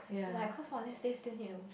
like cause Wednesday still need to